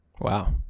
Wow